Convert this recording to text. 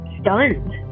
stunned